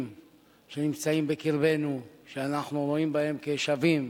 שנמצאים בקרבנו שאנחנו רואים בהם שווים,